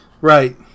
Right